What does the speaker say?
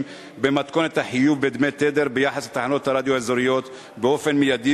במתכונת החיוב בדמי תדר ביחס לתחנות הרדיו האזוריות באופן מיידי,